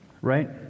Right